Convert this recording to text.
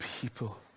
people